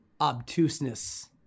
obtuseness